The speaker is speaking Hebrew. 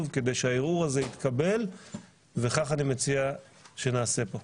כדי שהערעור הזה יתקבל וכך אני מציע שנעשה כאן.